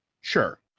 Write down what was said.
Sure